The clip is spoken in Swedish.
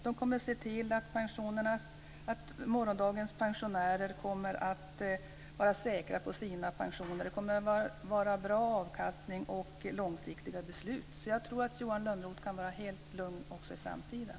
De kommer att se till att morgondagens pensionärer kommer att vara säkra på sina pensioner. Det kommer att vara bra avkastning och långsiktiga beslut. Jag tror att Johan Lönnroth kan vara helt lugn också i framtiden.